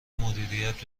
مدیریت